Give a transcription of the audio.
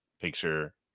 picture